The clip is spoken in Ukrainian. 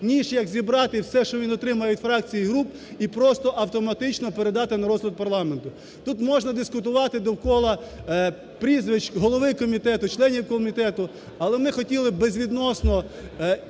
як зібрати все, що він отримав від фракцій і групі і просто автоматично передати на розсуд парламенту. Тут можна дискутувати довкола прізвищ голови комітету, членів комітету, але вони хотіли б безвідносно,